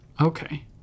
Okay